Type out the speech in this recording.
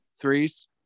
threes